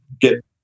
get